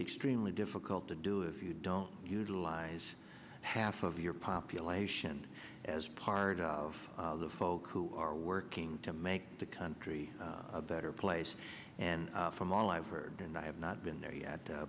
extremely difficult to do if you don't utilize half of your population as part of the folks who are working to make the country a better place and from all i've heard and i have not been there yet